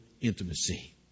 intimacy